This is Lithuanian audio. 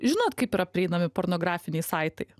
žinot kaip yra prieinami pornografiniai saitai